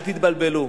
אל תתבלבלו.